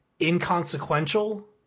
inconsequential